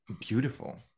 Beautiful